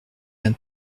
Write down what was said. d’un